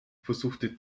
versuchte